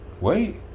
Wait